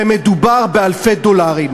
ומדובר באלפי דולרים.